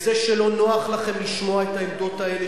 וזה שלא נוח לכם לשמוע את העמדות האלה,